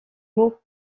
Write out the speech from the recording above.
monts